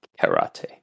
karate